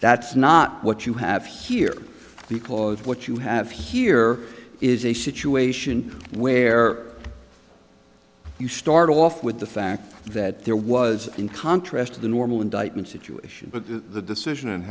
that's not what you have here because what you have here is a situation where you start off with the fact that there was in contrast to the normal indictment situation but the decision and